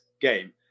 game